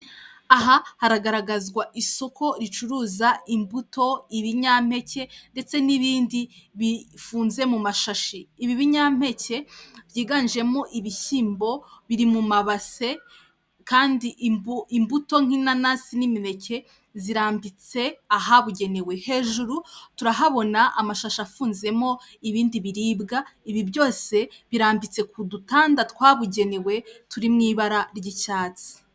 Aha hagaragazwa isoko ricuruza imbuto, ibinyampeke, ndetse n'ibindi bifunze mu mashashi, ibi binyampeke byiganjemo ibishyimbo, biri mu mabase kandi imbuto nk'inanasi n'imineke zirambitse ahabugenewe, hejuru turahabona amashashi afunzemo ibindi biribwa, ibi byose birambitse ku dutanda twabugenewe turi mu ibara ry'icyatsi.